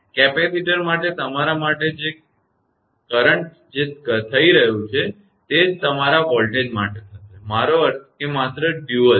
capacitor માટે તમારા current માટે જે થઈ રહ્યું છે તે જ તમારા વોલ્ટેજ માટે થશે મારો અર્થ એ માત્ર ડયુઅલદ્વિ છે